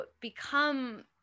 become